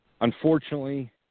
unfortunately